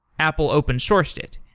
apple open-sourced it.